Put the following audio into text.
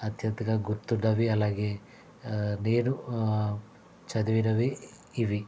అత్యంతగా గుర్తున్నవి అలాగే నేను చదివినవి ఇవి